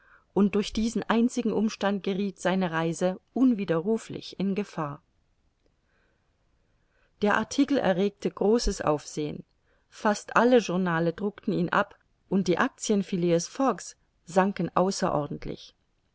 und durch diesen einzigen umstand gerieth seine reise unwiderruflich in gefahr der artikel erregte großes aufsehen fast alle journale druckten ihn ab und die actien phileas fogg's sanken außerordentlich